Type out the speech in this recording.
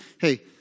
Hey